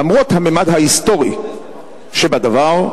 למרות הממד ההיסטורי שבדבר,